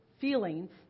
feelings